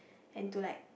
and to like